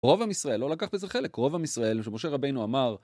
רוב עם ישראל, לא לקח בזה חלק, רוב עם ישראל, שמשה רבינו אמר...